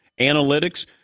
analytics